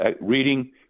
reading